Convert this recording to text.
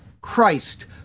Christ